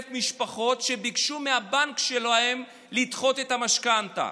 משפחות שביקשו מהבנק שלהן לדחות את המשכנתה.